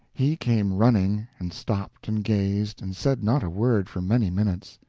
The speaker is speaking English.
he came running, and stopped and gazed, and said not a word for many minutes.